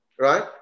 right